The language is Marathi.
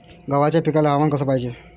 गव्हाच्या पिकाले हवामान कस पायजे?